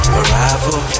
Arrival